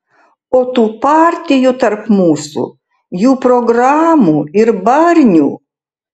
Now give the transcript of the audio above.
o tų partijų tarp mūsų jų programų ir barnių